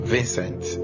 Vincent